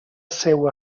seua